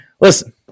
Listen